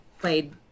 played